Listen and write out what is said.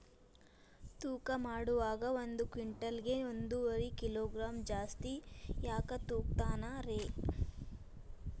ತೂಕಮಾಡುವಾಗ ಒಂದು ಕ್ವಿಂಟಾಲ್ ಗೆ ಒಂದುವರಿ ಕಿಲೋಗ್ರಾಂ ಜಾಸ್ತಿ ಯಾಕ ತೂಗ್ತಾನ ರೇ?